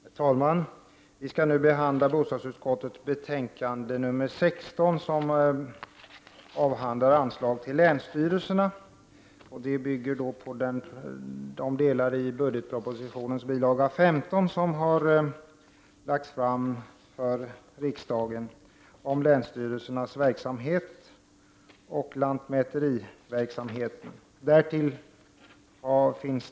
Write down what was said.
Herr talman! Vi skall nu behandla bostadsutskottets betänkande 16, i vilket frågan om anslag till länsstyrelserna tas upp. Betänkandet bygger på budgetpropositionens bil. 15 om anslag till länsstyrelserna och om verksamheten vid länsstyrelsernas lantmäteriverksamhet.